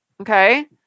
Okay